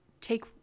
Take